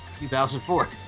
2004